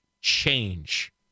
change